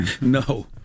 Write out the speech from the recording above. No